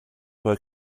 bei